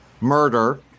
Murder